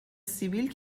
سیبیل